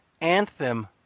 anthem